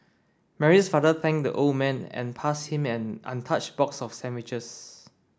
Mary's father thanked the old man and passed him an untouched box of sandwiches